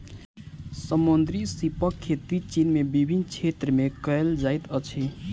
समुद्री सीपक खेती चीन के विभिन्न क्षेत्र में कयल जाइत अछि